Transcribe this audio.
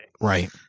Right